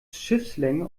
schiffslänge